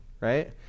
right